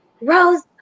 Rose